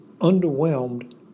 underwhelmed